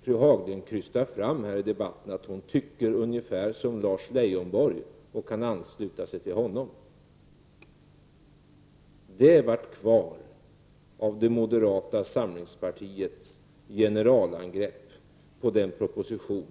Fru Haglund krystar fram här i debatten att hon tycker ungefär som Lars Leijonborg och kan ansluta sig till honom. Det är allt som är kvar av moderata samlingpartiets generalangrepp på den proposition